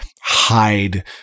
hide